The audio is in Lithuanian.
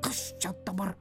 kas čia dabar